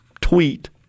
tweet